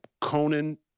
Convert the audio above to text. Conan